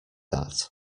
that